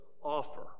offer